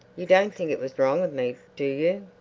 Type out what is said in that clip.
you don't think it was wrong of me, do you?